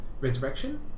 Resurrection